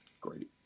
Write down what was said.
great